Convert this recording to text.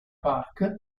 park